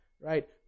right